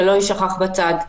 שלא יישכח בצד,